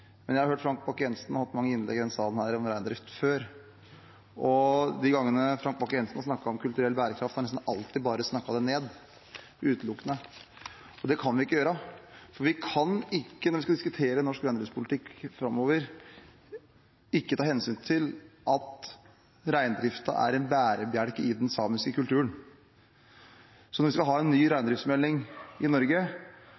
men jeg har hørt Frank Bakke-Jensen holde mange innlegg i denne salen her om reindrift før, og de gangene Frank Bakke-Jensen har snakket om kulturell bærekraft, har han nesten alltid bare snakket det ned, utelukkende. Det kan vi ikke gjøre. Vi kan ikke når vi skal diskutere norsk reindriftspolitikk framover, ikke ta hensyn til at reindriften er en bærebjelke i den samiske kulturen. Når vi skal ha en ny reindriftsmelding i Norge,